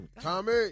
Tommy